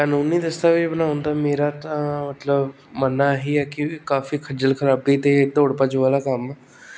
ਕਾਨੂੰਨੀ ਦਸਤਾਵੇਜ ਬਣਾਉਣ ਦਾ ਮੇਰਾ ਤਾਂ ਮਤਲਬ ਮੰਨਣਾ ਇਹੀ ਹੈ ਕਿ ਕਾਫੀ ਖੱਜਲ ਖਰਾਬੀ ਅਤੇ ਦੌੜ ਭੱਜ ਵਾਲਾ ਕੰਮ